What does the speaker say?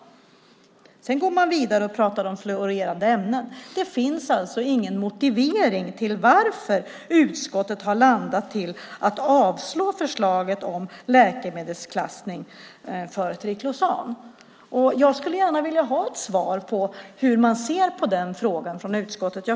Därefter går man vidare och skriver om fluorerade ämnen. Det finns alltså ingen motivering till varför utskottet har landat i att avstyrka förslaget om läkemedelsklassning för triklosan. Jag skulle gärna vilja veta hur man ser på den frågan från utskottets sida.